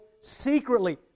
secretly